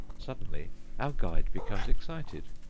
suddenly our guide becomes excited,